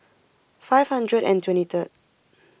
five hundred and twenty third